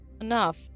enough